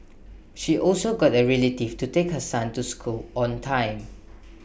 she also got A relative to take her son to school on time